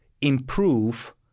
improve